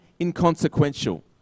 inconsequential